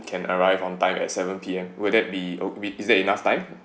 can arrive on time at seven P_M will that be or~ is that enough time